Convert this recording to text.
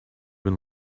been